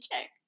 check